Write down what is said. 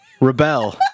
rebel